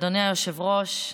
אדוני היושב-ראש,